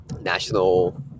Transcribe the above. National